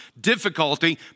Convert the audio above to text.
difficulty